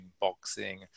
boxing